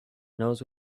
knows